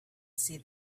see